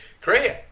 great